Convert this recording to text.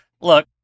look